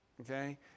Okay